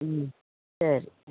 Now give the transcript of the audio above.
ம் சரி